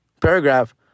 paragraph